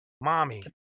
Mommy